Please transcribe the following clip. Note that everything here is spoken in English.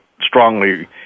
strongly